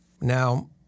Now